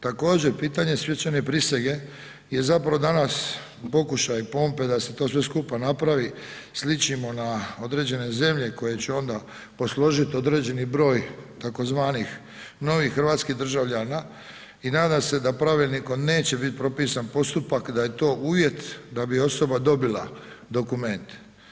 Također, pitanje svečane prisege je zapravo danas pokušaj pompe da se to sve skupa napravi, sličimo na određene zemlje koje će onda posložit određeni broj tzv. novih hrvatskih državljana i nadam se da pravilnikom neće biti propisan postupak da je to uvjet da bi osoba dobila dokument.